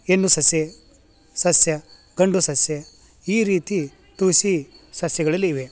ಹೆಣ್ಣು ಸಸ್ಯ ಸಸ್ಯ ಗಂಡು ಸಸ್ಯ ಈ ರೀತಿ ತುಳಸಿ ಸಸ್ಯಗಳಲ್ಲಿವೆ